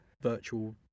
virtual